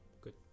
Good